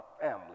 family